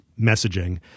messaging